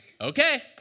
Okay